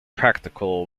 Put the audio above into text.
practical